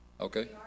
Okay